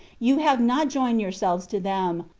you have not joined yourselves to them,